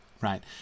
right